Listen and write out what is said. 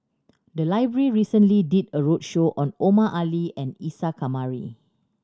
the library recently did a roadshow on Omar Ali and Isa Kamari